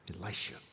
Elisha